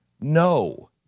No